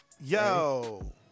Yo